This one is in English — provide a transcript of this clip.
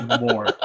more